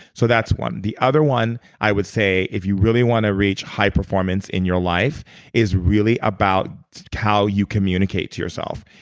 so that's one. the other one, i would say if you really want to reach high performance in your life is really about how you communicate to yourself.